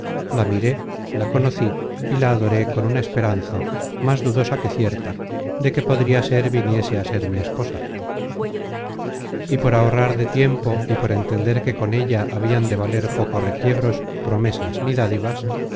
la miré la conocí y la adoré con una esperanza más dudosa que cierta de que podria ser viniese á ser mi esposa y por ahorrar de tiempo y por entender que con ella habian de valer poco requiebros promesas ni dádivas